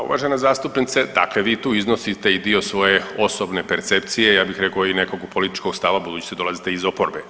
A uvažena zastupnice, dakle vi tu iznosite i dio svoje osobne percepcije ja bih rekao i nekakvog političkog stava budući da dolazite iz oporbe.